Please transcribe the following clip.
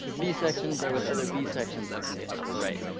b sections are with other b sections, up in the upper right.